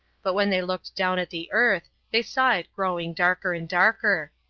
but when they looked down at the earth they saw it growing darker and darker.